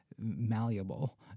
malleable